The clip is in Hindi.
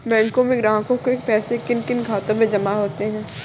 बैंकों में ग्राहकों के पैसे किन किन खातों में जमा होते हैं?